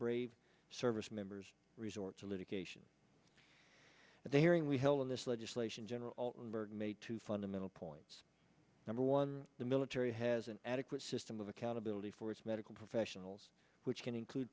brave service members resort to litigation at the hearing we held in this legislation general altenburg made two fundamental points number one the military has an adequate system of accountability for its medical professionals which can include